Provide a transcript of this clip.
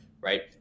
right